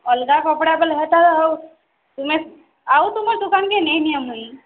ଅଲ୍ଗା କପ୍ଡ଼ା ବେଲେ ହେଟା ଆଉ ତୁମେ ଆଉ ତୁମର୍ ଦୁକାନ୍କେ ନେଇନିଏ ମୁଇଁ